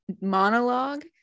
monologue